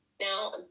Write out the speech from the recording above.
now